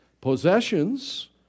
possessions